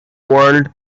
world